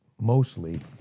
mostly